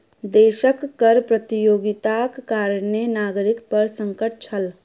देशक कर प्रतियोगिताक कारणें नागरिक पर संकट छल